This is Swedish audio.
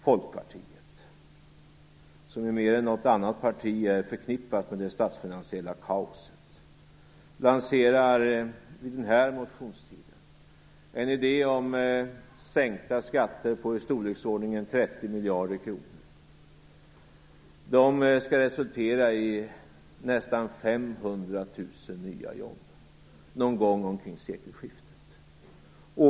Folkpartiet, som mer än något annat parti är förknippat med det statsfinansiella kaoset, lanserar vid denna motionstid en idé om sänkta skatter på i storleksordningen 30 miljarder kronor. Det skall resultera i nästan 500 000 nya jobb någon gång vid sekelskiftet.